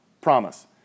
Promise